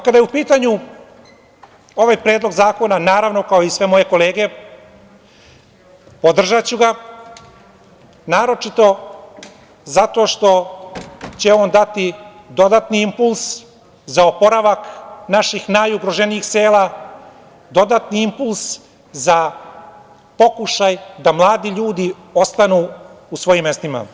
Kada je u pitanju ovaj predlog zakona, naravno, kao i sve moje kolege podržaću ga, naročito zato što će on dati dodatni impuls za oporavak naših najugroženijih sela, dodatni impuls za pokušaj da mladi ljudi ostanu u svojim mestima.